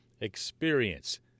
experience